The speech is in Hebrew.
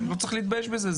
לא צריך להתבייש בזה,